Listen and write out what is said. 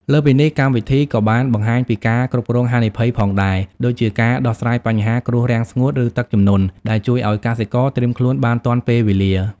លើសពីនេះ កម្មវិធីក៏បានបង្ហាញពីការគ្រប់គ្រងហានិភ័យផងដែរ ដូចជាការដោះស្រាយបញ្ហាគ្រោះរាំងស្ងួត ឬទឹកជំនន់ ដែលជួយឲ្យកសិករត្រៀមខ្លួនបានទាន់ពេលវេលា។